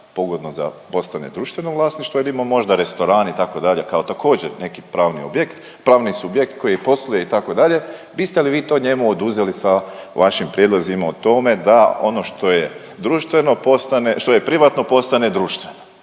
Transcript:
pogodno da postane društveno vlasništvo ili ima možda restoran itd. kao također neki pravni objekt, pravni subjekt koji posluje itd. Biste li vi to njemu oduzeli sa vašim prijedlozima o tome da ono što je društveno postane, što